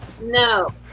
no